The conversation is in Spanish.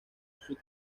sub